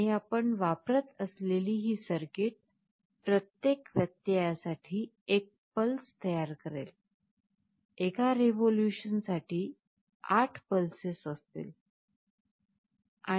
आणि आपण वापरत असलेली ही सर्किट प्रत्येक व्यत्ययासाठी एक पल्स तयार करेल एका रेव्होल्यूशनसाठी 8 पल्सेस असतील